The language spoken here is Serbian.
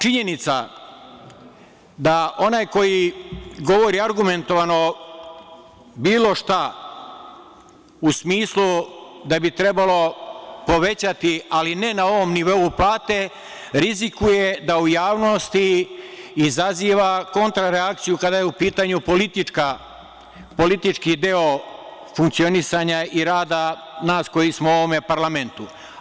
Činjenica da onaj koji govori argumentovano bilo šta u smislu da bi trebalo povećati, ali ne na ovom nivou plate, rizikuje da u javnosti izaziva kontrareakciju kada je u pitanju politički deo funkcionisanja i rada nas koji smo u ovome parlamentu.